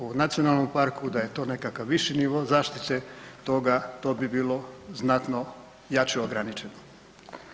U nacionalnom parku, da je to nekakav viši nivo zaštite toga, to bi bilo znatno jače ograničeno.